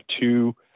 two